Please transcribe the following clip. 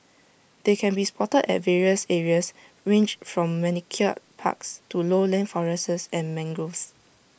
they can be spotted at various areas ranged from manicured parks to lowland forests and mangroves